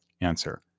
Answer